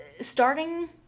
starting